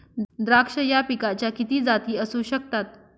द्राक्ष या पिकाच्या किती जाती असू शकतात?